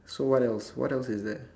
so what else what else is there